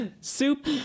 soup